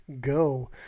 go